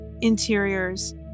interiors